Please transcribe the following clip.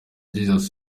jesus